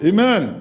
Amen